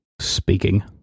Speaking